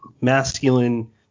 masculine